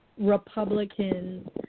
Republicans